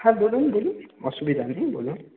হ্যাঁ বলুন বলুন অসুবিধা নেই বলুন